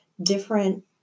different